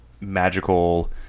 magical